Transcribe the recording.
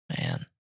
Man